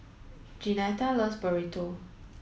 Jeanetta loves Burrito